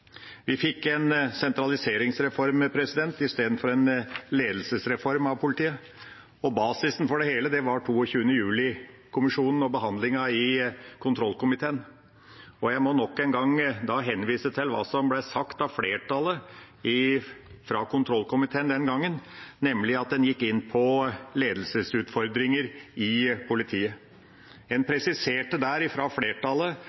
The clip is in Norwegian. Vi fikk en sentraliseringsreform istedenfor en ledelsesreform av politiet. Basisen for det hele var 22. juli-kommisjonen og behandlingen i kontrollkomiteen. Jeg må nok en gang henvise til hva som ble sagt av flertallet i kontrollkomiteen den gangen. En gikk inn på ledelsesutfordringer i politiet. En presiserte der fra flertallet